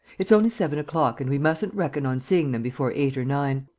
it's only seven o'clock and we mustn't reckon on seeing them before eight or nine.